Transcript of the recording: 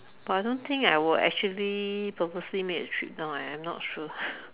but I don't think I will actually purposely make a trip down eh I'm not sure